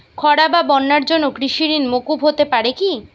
খরা বা বন্যার জন্য কৃষিঋণ মূকুপ হতে পারে কি?